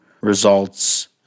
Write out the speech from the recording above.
results